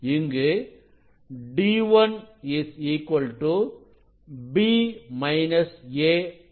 இங்கு d1 b a ஆகும்